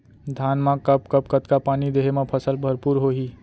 धान मा कब कब कतका पानी देहे मा फसल भरपूर होही?